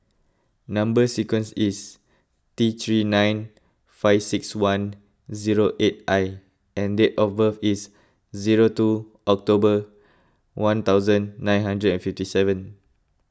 Number Sequence is T three nine five six one zero eight I and date of birth is zero two October one thousand nine hundred and fifty seven